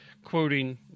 Quoting